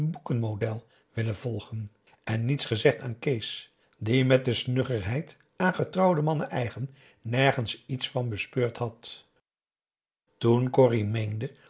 boeken model willen volgen en niets gezegd aan kees die met de snuggerheid aan getrouwde mannen eigen nergens iets van bespeurd had toen corrie meende